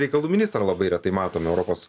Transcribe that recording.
reikalų ministrą labai retai matome europos